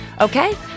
Okay